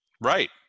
Right